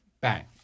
bang